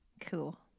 Cool